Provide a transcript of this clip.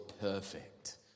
perfect